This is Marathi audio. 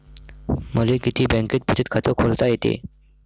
मले किती बँकेत बचत खात खोलता येते?